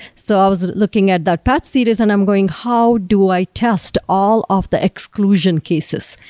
so i was looking at that patch series and i'm going, how do i test all of the exclusion cases?